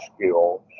skills